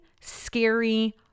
scary